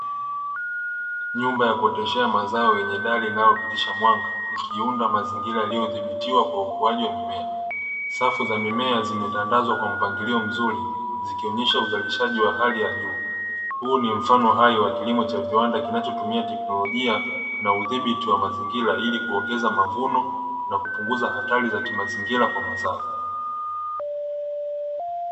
Nyumba yakuoteshea mazao yenye dari inayopitisha mwanga, ikiunda mazingira yaliodhibitiwa kwa ukuaji wa mimea, safu za mimea iliotandazwa kwa mpangilio mzuri zikionesha uzalishaji wa hali ya juu. Huu ni mfano hai wa kilimo cha viwanda kinachotumia teknolojia na udhibiti wa mazingira ili kuongeza mavuno na kupunguza hatari ya kimazingira kwa mazao.